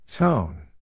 Tone